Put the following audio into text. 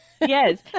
yes